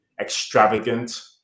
extravagant